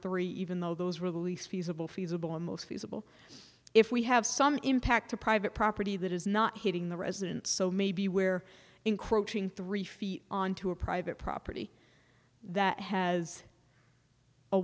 three even though those release feasible feasible and most feasible if we have some impact to private property that is not hitting the residents so maybe where encroaching three feet onto a private property that has a